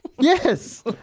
Yes